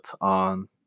on